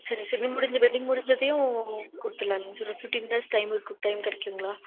சரிங்க சார் இது முடிஞ்சு வெட்டிங் முடிஞ்சதையும் கொடுத்துலாலங்க சார் சரி ஃபிஃப்டின் டேஸ் டைம் இருக்கும் டைம் கிடைக்குதுங்களா